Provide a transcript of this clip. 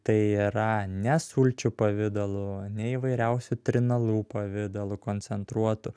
tai yra ne sulčių pavidalu ne įvairiausių trinalų pavidalu koncentruotų